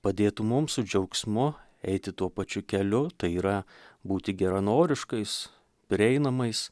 padėtų mum su džiaugsmu eiti tuo pačiu keliu tai yra būti geranoriškais prieinamais